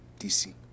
DC